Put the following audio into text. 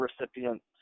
recipients